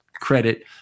credit